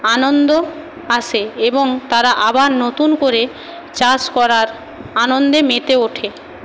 আনন্দ আসে এবং তারা আবার নতুন করে চাষ করার আনন্দে মেতে ওঠে